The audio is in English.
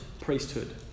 priesthood